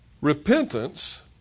Repentance